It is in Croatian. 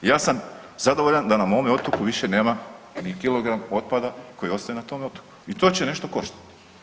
Ja sam zadovoljan da na mome otoku više nema ni kilogram otpada koji ostaje na tom otoku i to će nešto koštati.